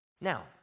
Now